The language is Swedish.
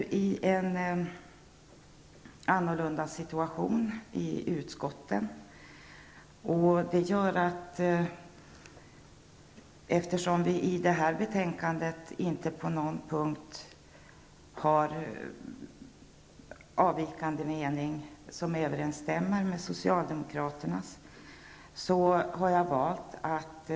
Vi befinner oss nu i en annan situation i utskotten, och eftersom vi i fråga om detta betänkande inte på någon punkt har en avvikande mening som överensstämmer med socialdemokraternas, har jag valt att